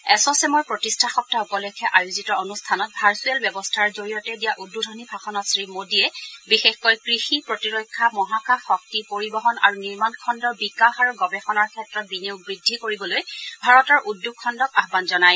S চেমৰ প্ৰতিষ্ঠা সপ্তাহ উপলক্ষে আয়োজিত অনুষ্ঠানত ভাৰ্চুৱেল ব্যৱস্থাৰ জৰিয়তে দিয়া উদ্বোধনী ভাষণত শ্ৰীমোদীয়ে বিশেষকৈ কৃষি প্ৰতিৰক্ষা মহাকাশ শক্তি পৰিবহন আৰু নিৰ্মাণ খণুৰ বিকাশ আৰু গৱেষণাৰ ক্ষেত্ৰত বিনিয়োগ বৃদ্ধি কৰিবলৈ ভাৰতৰ উদ্যোগ খণ্ডক আহবান জনায়